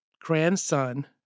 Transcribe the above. grandson